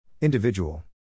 Individual